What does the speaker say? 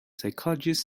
psychologist